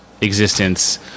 existence